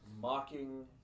mocking